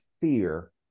fear